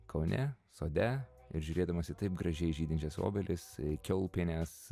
kaune sode ir žiūrėdamas į taip gražiai žydinčias obelis kiaulpienes